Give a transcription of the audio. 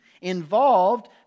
involved